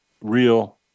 real